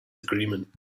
agreement